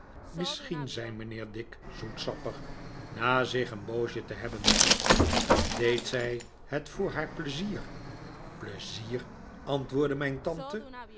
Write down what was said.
misschien zei mijnheer dick zoetsappig na zich een poosje te hebben bedacht deed zij het voor haar pleizier pleizier antwoordde mijn tante